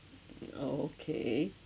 mm oh okay